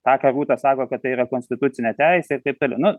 tą ką rūta sako kad tai yra konstitucinė teisė ir taip toliau nu